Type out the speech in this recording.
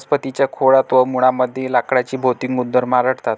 वनस्पतीं च्या खोडात व मुळांमध्ये लाकडाचे भौतिक गुणधर्म आढळतात